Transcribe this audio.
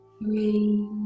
Three